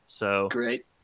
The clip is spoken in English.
Great